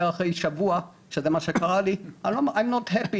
אומר אחרי שבוע שזה מה שקרה לי "אני לא שמח,